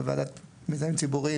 בוועדה למיזמים ציבוריים,